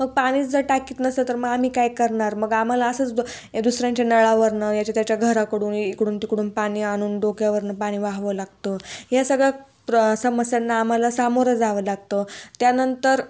मग पाणीच जर टाकीत नसेल तर मग आम्ही काय करणार मग आम्हाला असंच द दुसऱ्यांच्या नळावरून याच्या त्याच्या घराकडून इकडून तिकडून पाणी आणून डोक्यावरून पाणी वहावं लागतं या सगळ्या प्र समस्यांना आम्हाला सामोरं जावं लागतं त्यानंतर